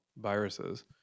viruses